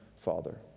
Father